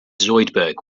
zoidberg